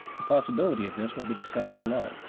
the possibility of this will be discussed below.